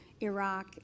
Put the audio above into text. Iraq